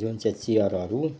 जुन चाहिँ चियरहरू